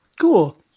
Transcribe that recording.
Cool